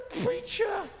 preacher